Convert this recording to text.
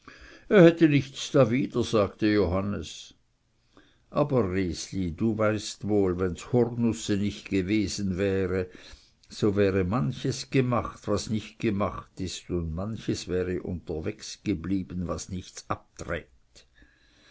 er hätte nichts dawider sagte johannes aber resli du weißt wohl wenn ds hurnuße nicht gewesen wäre so wäre manches gemacht was nicht gemacht ist und manches wäre unterwegs geblieben was nichts abtragt